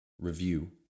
review